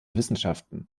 wissenschaften